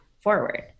forward